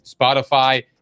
Spotify